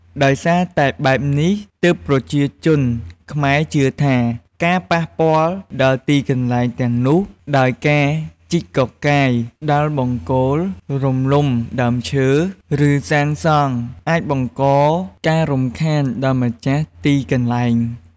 ដោយសារតែបែបនេះ ទើបប្រជាជនខ្មែរជឿថា ការប៉ះពាល់ដល់ទីកន្លែងទាំងនោះ ដោយការជីកកកាយ ដាល់បង្គោល រំលំដើមឈើ ឬសាងសង់ អាចបង្កការរំខានដល់ម្ចាស់ទីកន្លែង។